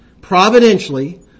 providentially